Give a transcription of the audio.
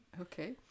Okay